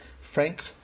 Frank